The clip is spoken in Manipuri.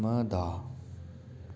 ꯃꯗꯥ